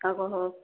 اگر ہو